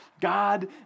God